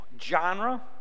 genre